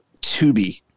Tubi